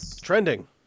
Trending